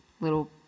little